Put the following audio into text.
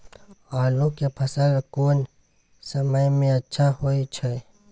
आलू के फसल कोन समय में अच्छा होय छै?